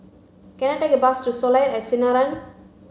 can I take a bus to Soleil at Sinaran